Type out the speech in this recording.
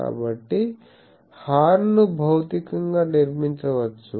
కాబట్టి హార్న్ ను భౌతికంగా నిర్మించవచ్చు